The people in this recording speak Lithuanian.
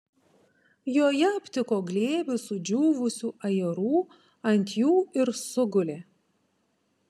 joje aptiko glėbį sudžiūvusių ajerų ant jų ir sugulė